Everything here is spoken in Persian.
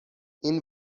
این